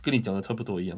跟你讲得差不多一样